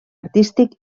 artístic